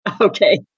Okay